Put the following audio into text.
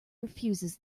refuses